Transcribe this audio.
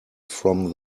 from